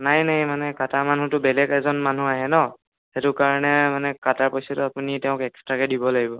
নাই নাই মানে কটা মানুহটো বেলেগ এজন মানুহ আহে ন' সেইটো কাৰণে মানে কটাৰ পইচাটো আপুনি তেওঁক এক্সট্ৰাকৈ দিব লাগিব